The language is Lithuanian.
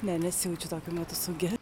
ne nesijaučiu tokiu metu saugi